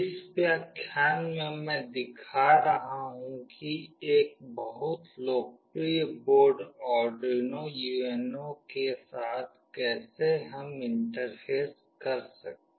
इस व्याख्यान में मैं दिखा रही हूँ कि एक बहुत लोकप्रिय बोर्ड आर्डुइनो UNO के साथ कैसे हम इंटरफ़ेस कर सकते हैं